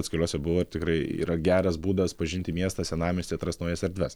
atskiruose buvau ir tikrai yra geras būdas pažinti miestą senamiestį atrast naujas erdves